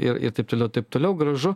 ir ir taip toliau taip toliau gražu